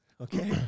Okay